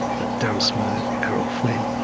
that damned smooth errol flynn,